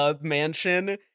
mansion